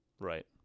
Right